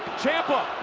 ciampa,